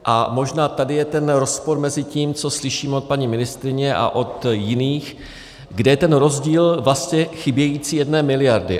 A možná tady je ten rozpor mezi tím, co slyšíme od paní ministryně a od jiných, kde je ten rozdíl vlastně chybějící jedné miliardy.